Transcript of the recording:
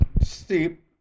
Steep